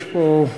יש פה,